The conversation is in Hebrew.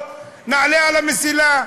נעלה על המסילה.